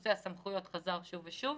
נושא הסמכויות חזר שוב ושוב.